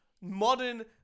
modern